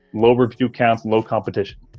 low review count, low competition.